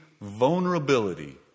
vulnerability